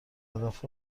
هدف